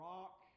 Rock